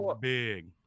big